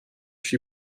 she